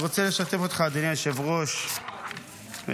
אדוני היושב-ראש,